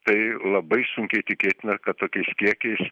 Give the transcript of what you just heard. tai labai sunkiai tikėtina kad tokiais kiekiais